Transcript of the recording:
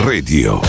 Radio